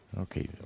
Okay